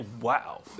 wow